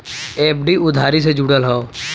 FD उधारी से जुड़ल हौ